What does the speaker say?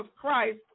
Christ